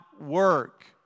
work